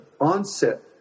onset